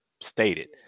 stated